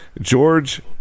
George